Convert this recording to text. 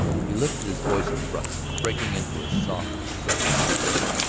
he lifted his voice abruptly, breaking into a soft southern oath.